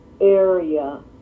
area